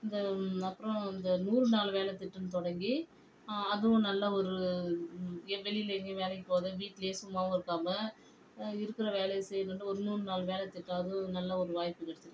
இந்த அப்புறோம் இந்த நூறு நாள் வேலை திட்டம் தொடங்கி அதுவும் நல்லா ஒரு ஏ வெளியில் எங்கேயும் வேலைக்கு போகாத வீட்லேயே சும்மாவும் இருக்காமல் இருக்கிற வேலைய செய்யணுன்னு ஒரு நூறு நாள் வேலை திட்டம் அதுவும் நல்ல ஒரு வாய்ப்பு கிடச்சிருக்குது